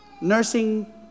nursing